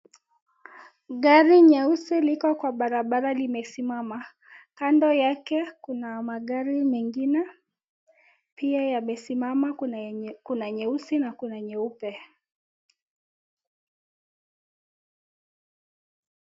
Gari nyeusi liko kwa barabara limesimama. Kando yake kuna magari mengine ,pia yamesimama kuna nyeusi na kuna nyeupe.